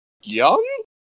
Young